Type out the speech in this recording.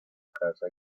casa